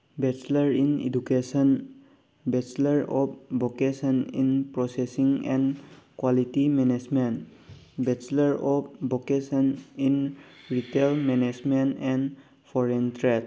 bachelor in education bachelor of vocation in processing and quality management bachelor of vocation in retail management and foreign trade